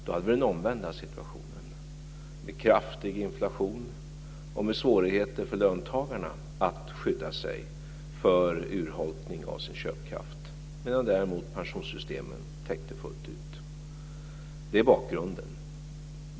Då hade vi den omvända situationen, med kraftig inflation och med svårigheter för löntagarna att skydda sig mot urholkning av köpkraften, medan däremot pensionssystemen täckte fullt ut. Det är bakgrunden.